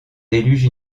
déluge